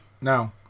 No